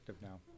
now